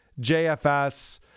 JFS